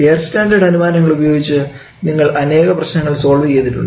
air standard അനുമാനങ്ങൾ ഉപയോഗിച്ച് നിങ്ങൾ അനേകം പ്രശ്നങ്ങൾ സോൾവ് ചെയ്തിട്ടുണ്ട്